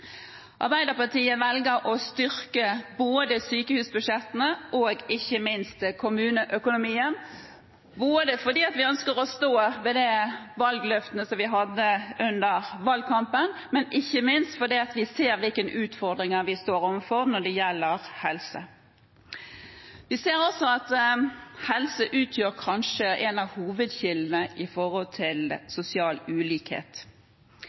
Arbeiderpartiet velger å styrke både sykehusbudsjettene og ikke minst kommuneøkonomien fordi vi ønsker å stå ved de valgløftene vi ga under valgkampen, og fordi vi ser hvilke utfordringer vi står overfor når det gjelder helse. Vi ser også at helse utgjør en av hovedkildene når det gjelder sosial ulikhet.